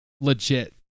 Legit